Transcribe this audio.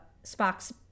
Spock's